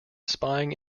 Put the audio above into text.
spying